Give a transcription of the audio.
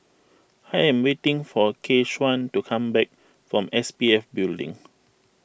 I am waiting for Keshaun to come back from S P F Building